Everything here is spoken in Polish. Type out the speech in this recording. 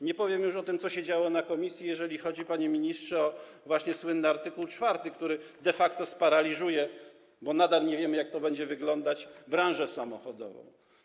Nie powiem już o tym, co się działo w komisji, jeżeli chodzi, panie ministrze, właśnie o słynny art. 4, który de facto sparaliżuje, bo nadal nie wiemy, jak to będzie wyglądać, branżę samochodową.